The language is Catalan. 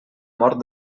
mort